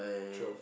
twelve